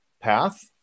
path